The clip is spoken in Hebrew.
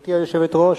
גברתי היושבת-ראש,